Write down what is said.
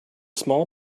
small